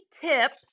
tips